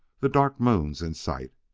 the dark moon's in sight.